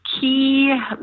key